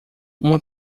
uma